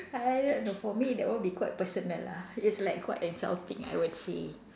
I don't know for me that would be quite personal lah it's like quite insulting I would say